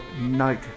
Night